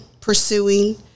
pursuing